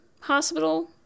Hospital